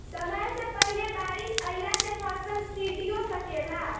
समय से पहिले बारिस अइला से फसल सडिओ सकेला